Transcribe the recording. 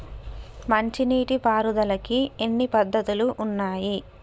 మంచి నీటి పారుదలకి ఎన్ని పద్దతులు ఉన్నాయి?